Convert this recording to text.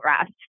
rest